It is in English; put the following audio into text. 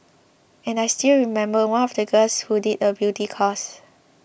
and I still remember one of the girls who did a beauty course